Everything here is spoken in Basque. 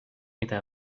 eta